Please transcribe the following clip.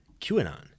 QAnon